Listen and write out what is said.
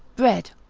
bread.